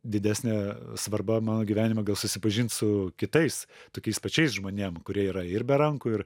didesnė svarba mano gyvenime gal susipažint su kitais tokiais pačiais žmonėm kurie yra ir be rankų ir